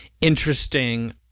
interesting